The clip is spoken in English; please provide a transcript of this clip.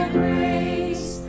grace